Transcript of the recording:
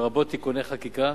לרבות תיקוני חקיקה